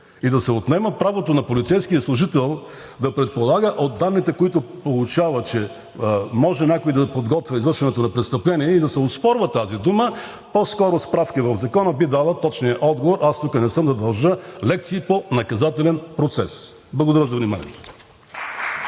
Да се отнема правото на полицейския служител да предполага от данните, които получава, че може някой да подготвя извършването на престъпление и да се оспорва тази дума, по-скоро справка в Закона би дала точния отговор. Аз тук не съм да изнасям лекции по наказателен процес. Благодаря за вниманието.